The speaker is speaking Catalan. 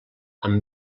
amb